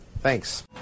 Thanks